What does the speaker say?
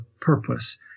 purpose